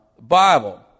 Bible